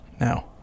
now